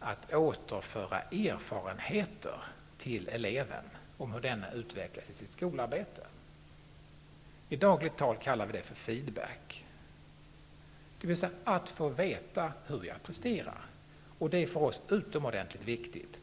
är återföra erfarenheter till eleven om hur denna utvecklar sig i sitt skolarbete. I dagligt tal kallar vi det för feedback, dvs. att få veta hur jag presterar. Det är för oss utomordentligt viktigt.